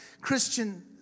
Christian